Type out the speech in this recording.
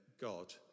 God